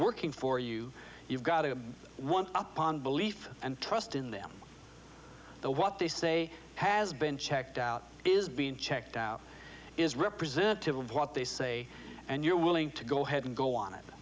working for you you've got a one up on belief and trust in them what they say has been checked out is being checked out is representative of what they say and you're willing to go ahead and go on it